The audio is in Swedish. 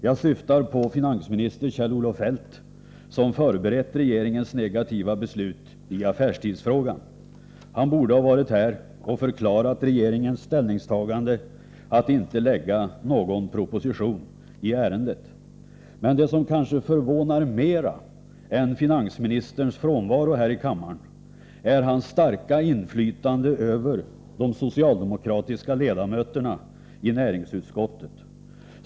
Jag syftar på finansminister Kjell-Olof Feldt, som förberett regeringens negativa beslut i affärstidsfrågan. Han borde ha varit här och förklarat regeringens ställningstagande att inte lägga fram någon proposition i ärendet. Men det som kanske förvånar mer än finansministerns frånvaro här i kammaren är hans starka inflytande över de socialdemokratiska ledamöterna i näringsutskottet.